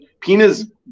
Pina's